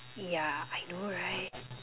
yeah I know right